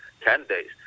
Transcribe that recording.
candidates